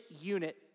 unit